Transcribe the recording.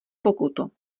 pokutu